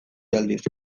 aldiz